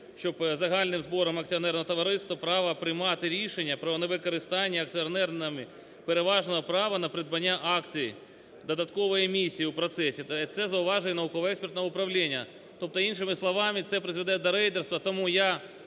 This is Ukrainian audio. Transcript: щоб загальними зборами акціонерного товариства право приймати рішення про невикористання акціонерами переважного права на придбання акцій додаткової емісії у процесі та це зауважує науково-експертне управління, тобто іншими словами це призведе до рейдерства. Тому я